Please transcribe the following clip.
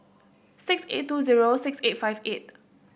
six eight two zero six eight five eight